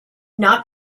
not